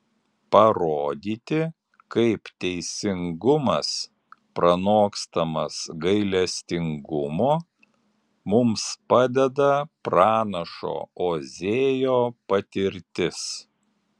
parodyti kaip teisingumas pranokstamas gailestingumo mums padeda pranašo ozėjo patirtis